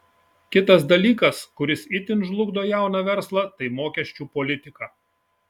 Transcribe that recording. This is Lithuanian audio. kitas dalykas kuris itin žlugdo jauną verslą tai mokesčių politika